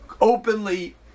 openly